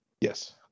Yes